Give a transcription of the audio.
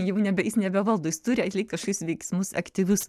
jau nebe jis nebevaldo jis turi atlikt kažkokius veiksmus aktyvius